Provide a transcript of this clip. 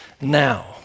now